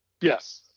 Yes